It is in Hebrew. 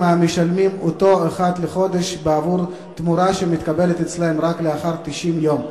משלמים אותו אחת לחודש בעבור תמורה שמתקבלת אצלם רק לאחר 90 יום,